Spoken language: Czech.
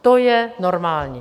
To je normální.